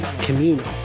communal